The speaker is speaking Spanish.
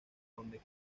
donde